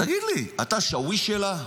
תגיד לי, אתה שאוויש שלה?